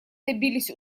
добились